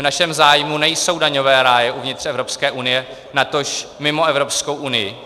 V našem zájmu nejsou daňové ráje uvnitř Evropské unie, natož mimo Evropskou unii.